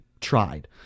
tried